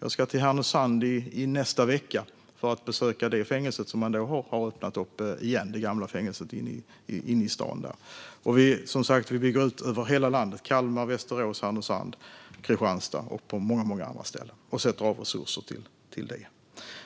Jag ska till Härnösand i nästa vecka för att besöka det fängelse som man har öppnat upp igen, det gamla fängelset som ligger inne i staden. Och vi bygger som sagt ut över hela landet - Kalmar, Västerås, Härnösand, Kristianstad och många andra ställen - och sätter av resurser till det.